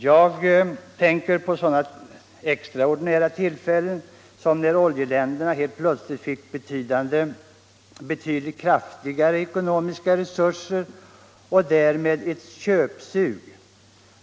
Jag tänker på sådana extraordinära tillfällen som när ol Jeländerna helt plötsligt fick betydligt bättre ekonomiska resurser och därmed ett köpsug uppstod.